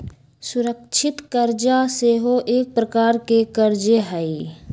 सुरक्षित करजा सेहो एक प्रकार के करजे हइ